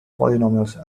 polynomials